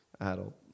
adult